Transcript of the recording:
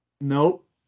Nope